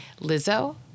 Lizzo